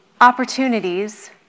opportunities